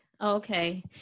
Okay